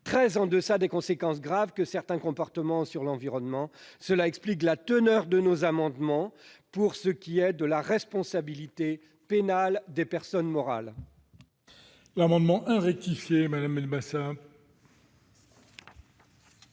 très en deçà des conséquences graves que certains comportements ont sur l'environnement. Cela explique la teneur de nos amendements en ce qui concerne la responsabilité pénale des personnes morales.